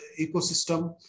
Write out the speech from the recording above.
ecosystem